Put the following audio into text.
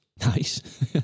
Nice